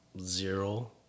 zero